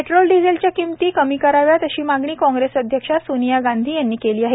petrol डिझेलच्या किमती कमी कराव्यात अशी मागणी काँग्रेस अध्यक्ष सोनिया गांधी यांनी केली आहे